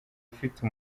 ufite